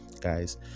guys